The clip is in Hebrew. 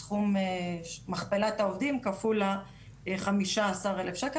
סכום מכפלת העובדים, כפול חמישה עשר אלף שקל.